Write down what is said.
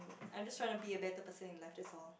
I just trying to be a better person in life that's all